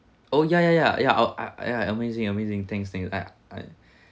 oh ya ya ya ya I oh uh I yeah amazing amazing thanks things uh I